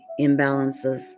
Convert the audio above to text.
imbalances